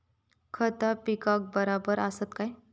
खता पिकाक बराबर आसत काय?